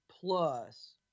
plus